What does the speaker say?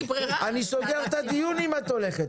אסגור את הדיון אם את הולכת.